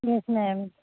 yes ma'am